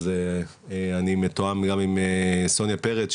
אני מתואם גם עם סוניה פרץ,